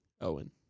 Owen